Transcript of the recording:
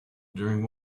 during